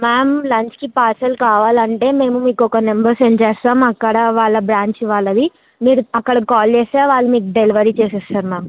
ma'am లంచ్కి parcel కావాలి అంటే మేము మీకు ఒక నంబర్ సెండ్ చేస్తాము అక్కడ వాళ్ళ బ్రాంచ్ వాళ్ళది మీరు అక్కడ కాల్ చేస్తే వాళ్ళు మీకు డెలివరీ చేసేస్తారు మ్యామ్